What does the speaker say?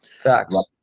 facts